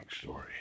story